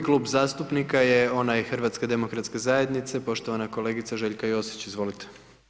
2. klub zastupnika je ovaj HDZ-a, poštovana kolegica Željka Josić, izvolite.